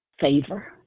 favor